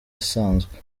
asanzwe